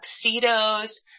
tuxedos